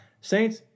Saints